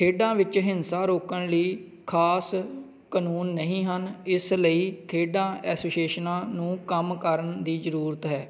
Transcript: ਖੇਡਾਂ ਵਿੱਚ ਹਿੰਸਾ ਰੋਕਣ ਲਈ ਖ਼ਾਸ ਕਾਨੂੰਨ ਨਹੀਂ ਹਨ ਇਸ ਲਈ ਖੇਡਾਂ ਐਸੋਸੀਏਸ਼ਨਾਂ ਨੂੰ ਕੰਮ ਕਰਨ ਦੀ ਜ਼ਰੂਰਤ ਹੈ